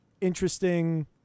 interesting